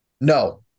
No